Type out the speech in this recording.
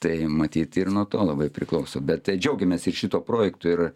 tai matyt ir nuo to labai priklauso bet džiaugiamės ir šituo projektu ir